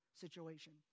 situation